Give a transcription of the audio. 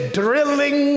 drilling